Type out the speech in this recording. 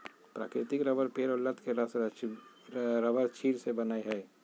प्राकृतिक रबर पेड़ और लत के रस रबरक्षीर से बनय हइ